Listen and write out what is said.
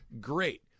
great